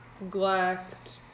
Neglect